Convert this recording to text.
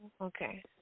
Okay